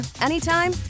anytime